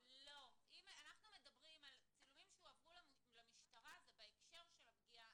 שלא קשור לזה בכלל שהיתה פגיעה